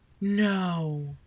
No